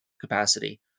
capacity